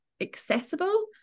accessible